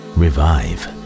revive